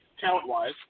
talent-wise